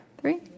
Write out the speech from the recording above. Three